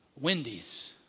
Wendy's